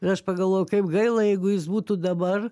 ir aš pagalvoju kaip gaila jeigu jis būtų dabar